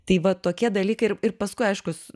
tai va tokie dalykai ir ir paskui aiškus